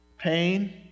Pain